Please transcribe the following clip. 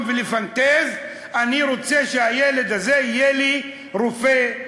ולפנטז: אני רוצה שהילד הזה יהיה לי רופא,